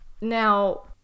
Now